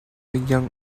young